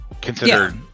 considered